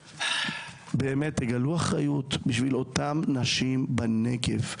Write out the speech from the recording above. אומר, תגלו אחריות בשביל אותן נשים בנגב.